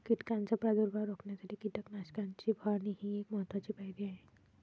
कीटकांचा प्रादुर्भाव रोखण्यासाठी कीटकनाशकांची फवारणी ही एक महत्त्वाची पायरी आहे